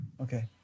Okay